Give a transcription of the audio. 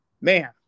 man